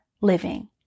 living